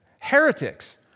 Heretics